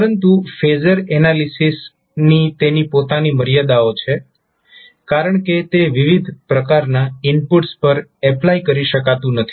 પરંતુ ફેઝર એનાલિસિસની તેની પોતાની મર્યાદાઓ છે કારણ કે તે વિવિધ પ્રકારના ઇનપુટ્સ પર એપ્લાય કરી શકાતું નથી